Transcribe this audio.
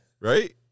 Right